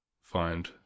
find